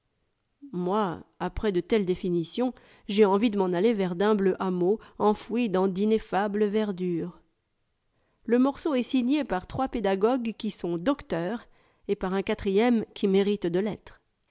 moi après de telles définitions j'ai envie de m'en aller vrs d'humbles hameaux enfouis dans d'ineffables verdures le morceau est signé par trois pédagogues qui sont docteurs et par un quatrième qui mérite de l'être